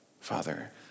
Father